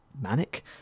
Manic